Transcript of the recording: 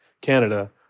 Canada